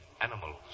animals